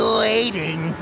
waiting